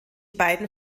beiden